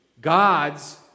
gods